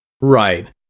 Right